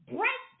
Break